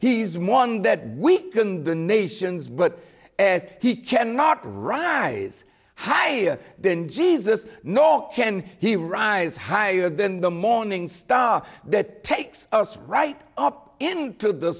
he's one that we can the nations but as he cannot rise higher than jesus nor can he rise higher than the morning star that takes us right up into the